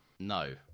No